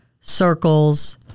circles